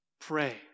Pray